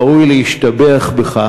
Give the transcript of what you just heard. ראוי להשתבח בך.